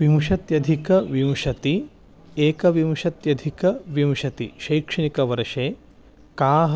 विंशत्यधिकविंशतिः एकविंशत्यधिकविंशतिः शैक्षणिकवर्षे काः